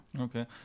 Okay